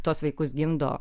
tuos vaikus gimdo